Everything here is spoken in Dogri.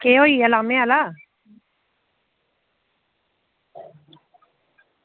केह् होई गेआ लाह्में आह्ला